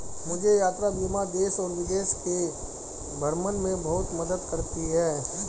मुझे यात्रा बीमा देश और विदेश के भ्रमण में बहुत मदद करती है